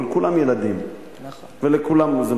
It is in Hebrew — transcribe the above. אבל כולם ילדים ולכולם זה מגיע.